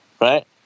right